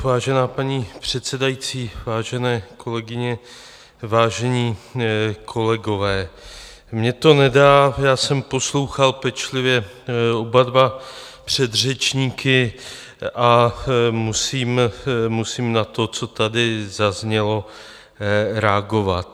Vážená paní předsedající, vážené kolegyně, vážení kolegové, mně to nedá, já jsem poslouchal pečlivě oba dva předřečníky a musím na to, co tady zaznělo, reagovat.